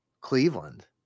Cleveland